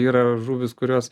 yra žuvys kurios